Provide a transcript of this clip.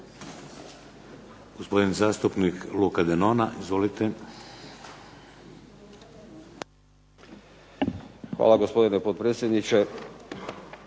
Hvala gospodine potpredsjedniče.